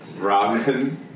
Robin